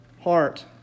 heart